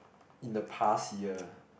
in the past year